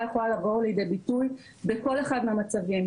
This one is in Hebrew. יכולה לבוא לידי ביטוי בכל אחד מהמצבים,